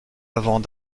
avant